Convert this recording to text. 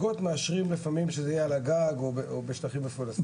מאשרים לפעמים שזה יהיה על הגג או בשטחים מפולסים.